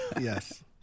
Yes